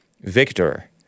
Victor